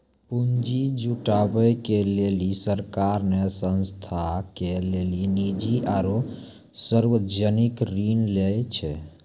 पुन्जी जुटावे के लेली सरकार ने संस्था के लेली निजी आरू सर्वजनिक ऋण लै छै